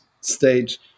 stage